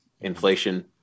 inflation